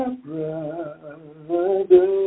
brother